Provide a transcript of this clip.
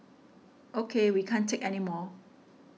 O K we can't take anymore